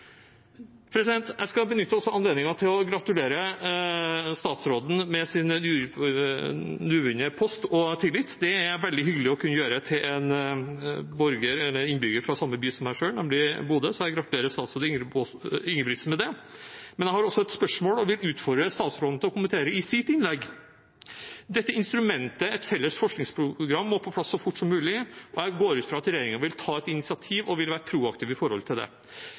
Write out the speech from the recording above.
kunnskap. Jeg vil også benytte anledningen til å gratulere statsråden med hans nyvunne post og tillit. Det er veldig hyggelig å kunne gjøre det til en borger og innbygger fra samme by som meg selv, nemlig Bodø. Jeg gratulerer statsråd Ingebrigtsen med det. Men jeg har også et spørsmål som jeg vil utfordre statsråden til å kommentere i sitt innlegg. Dette instrumentet, et felles forskningsprogram, må på plass så fort som mulig, og jeg går ut fra at regjeringen vil ta et initiativ og være proaktiv til det.